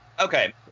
Okay